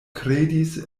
kredis